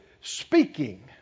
speaking